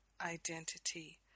identity